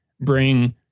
bring